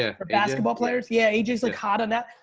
ah for basketball players. yeah a j. is like hot on that.